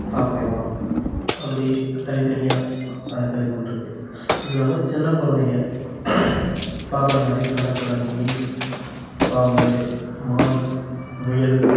சாப்பிட்லாம் அப்படி தனித்தனியாக அனைத்தையும் கொண்டு இருக்குது அதுவும் இல்லாமல் சின்னக்குழந்தைங்க பார்க்குற மாதிரி கலர் கலர் மீன் பாம்பு மான் முயல்